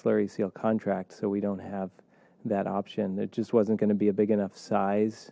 slurry sale contract so we don't have that option that just wasn't going to be a big enough size